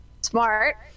Smart